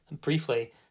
briefly